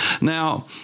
Now